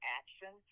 action